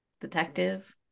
detective